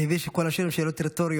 אני מבין שכל השאלות הן שאלות רטוריות.